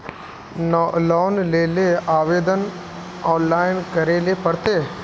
Loan लेले आवेदन online करे ले पड़ते?